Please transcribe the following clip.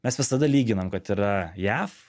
mes visada lyginam kad yra jav